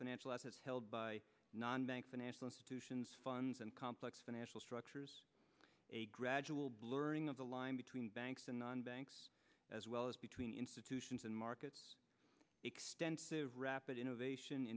financial assets held by non bank financial institutions funds and complex financial structures a gradual blurring of the line between banks and non banks as well as between institutions and markets extensive rapid innovation